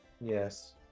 Yes